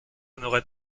n’aurait